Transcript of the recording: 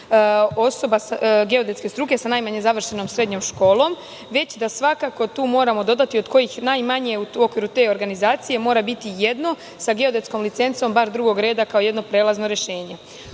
osoba geodetske struke sa najmanje završenom srednjom školom, već da tu svakako moramo dodati – od kojih najmanje u okviru te organizacije mora biti jedno sa geodetskom licencom bar drugog reda, kao jedno prelazno rešenje. Obzirom